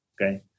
Okay